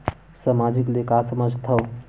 सामाजिक ले का समझ थाव?